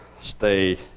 stay